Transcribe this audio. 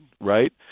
right